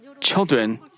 children